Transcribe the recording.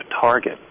target